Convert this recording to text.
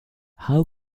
how